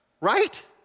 right